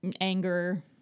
anger